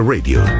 Radio